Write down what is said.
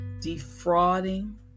defrauding